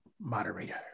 moderator